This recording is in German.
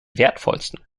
wertvollsten